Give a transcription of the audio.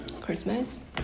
Christmas